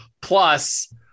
plus